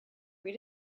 read